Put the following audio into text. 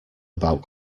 about